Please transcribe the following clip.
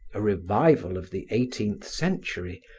a revival of the eighteenth century,